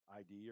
id